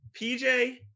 PJ